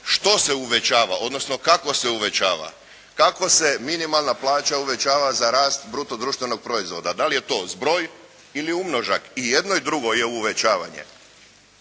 što se uvećava, odnosno kako se uvećava, kako se minimalna plaća uvećava za rast bruto društvenog proizvoda. Da li je to zbroj ili umnožak? I jedno i drugo je uvećavanje.